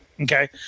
Okay